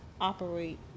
operate